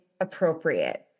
appropriate